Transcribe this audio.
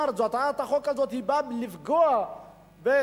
ואמר: הצעת החוק הזו באה לפגוע בילד,